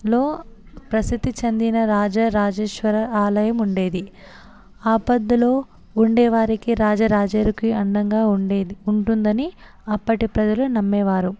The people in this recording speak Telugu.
లో ప్రసిద్ధి చెందిన రాజరాజేశ్వర ఆలయం ఉండేది ఆపదలో ఉండేవారికి రాజరాజేరికి అండంగా ఉండేది ఉంటుందని అప్పటి ప్రజలు నమ్మేవారు